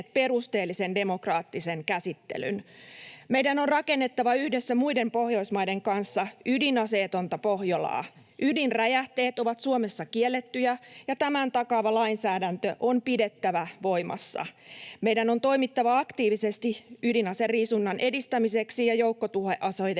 perusteellisen demokraattisen käsittelyn. Meidän on rakennettava yhdessä muiden Pohjoismaiden kanssa ydinaseetonta Pohjolaa. Ydinräjähteet ovat Suomessa kiellettyjä, ja tämän takaava lainsäädäntö on pidettävä voimassa. Meidän on toimittava aktiivisesti ydinaseriisunnan edistämiseksi ja joukkotuhoaseiden